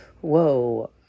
whoa